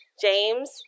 James